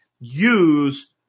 use